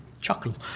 chuckle